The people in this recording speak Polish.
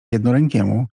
jednorękiemu